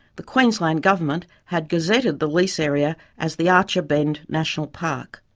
the queensland government had gazetted the lease area as the archer bend national park.